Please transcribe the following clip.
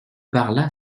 parla